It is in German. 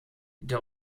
der